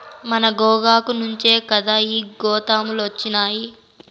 మన గోగాకు నుంచే కదా ఈ గోతాములొచ్చినాయి